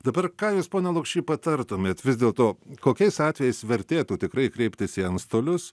dabar ką jūs pone lukšy patartumėt vis dėl to kokiais atvejais vertėtų tikrai kreiptis į antstolius